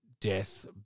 death